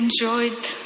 enjoyed